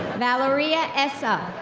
valeria esa.